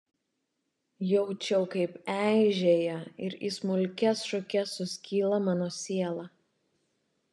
jaučiau kaip eižėja ir į smulkias šukes suskyla mano siela